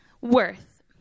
Worth